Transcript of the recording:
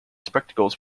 spectacles